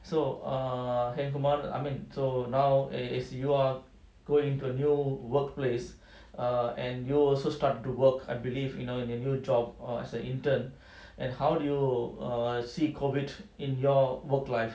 so err !hey! kumar I mean so now as you are going to a new workplace err and you also start to work I believe you know in your new job or as a intern and how do you err see COVID in your work life